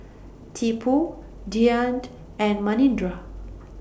Tipu Dhyan and Manindra